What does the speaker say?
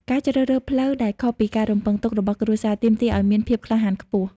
ការជ្រើសរើសផ្លូវដែលខុសពីការរំពឹងទុករបស់គ្រួសារ ទាមទារឱ្យមានភាពក្លាហានខ្ពស់។